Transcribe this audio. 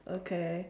okay